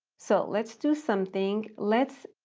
so let's do something. let's